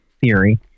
theory